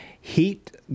heat